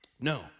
no